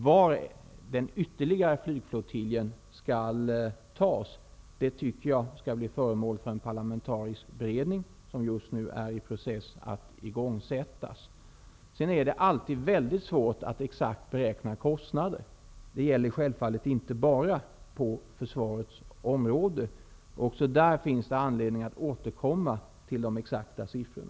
Vilken den andra aktuella flygflottiljen skall bli skall enligt min uppfattning bli föremål för en parlamentarisk beredning, som just nu är i process att igångsättas. Det är alltid väldigt svårt att exakt beräkna kostnader; det gäller självfallet inte bara på försvarets område. Också i det sammanhanget finns det anledning att återkomma till de exakta siffrorna.